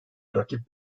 rakip